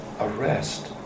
arrest